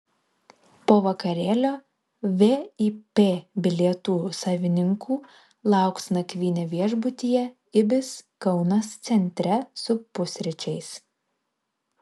po vakarėlio vip bilietų savininkų lauks nakvynė viešbutyje ibis kaunas centre su pusryčiais